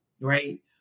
right